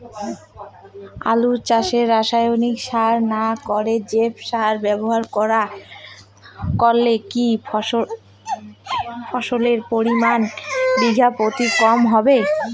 আলু চাষে রাসায়নিক সার না করে জৈব সার ব্যবহার করলে কি ফলনের পরিমান বিঘা প্রতি কম হবে?